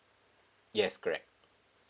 yes correct